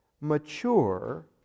mature